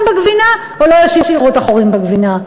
בגבינה או לא ישאירו את החורים בגבינה.